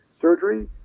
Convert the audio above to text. surgery